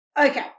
Okay